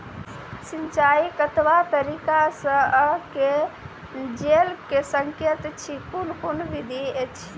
सिंचाई कतवा तरीका सअ के जेल सकैत छी, कून कून विधि ऐछि?